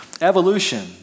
Evolution